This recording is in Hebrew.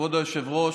כבוד היושב-ראש,